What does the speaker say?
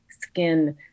skin